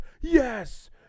Yes